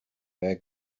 there